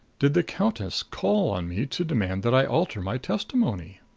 did the countess call on me to demand that i alter my testimony?